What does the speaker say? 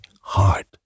heart